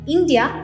India